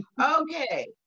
Okay